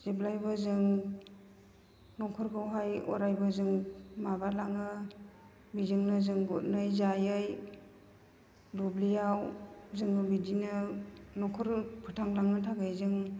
जेब्लायबो जों न'खरखौहाय अरायबो जों माबालाङो बेजोंनो जों हमै जायै दुब्लियाव जोङो बिदिनो न'खर फोथांलांनो थाखाय जों